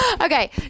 Okay